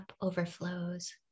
overflows